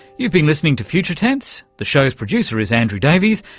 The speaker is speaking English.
you've been listening to future tense. the show's producer is andrew davies,